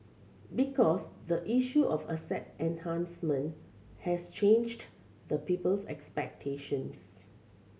because the issue of asset enhancement has changed the people's expectations